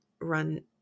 run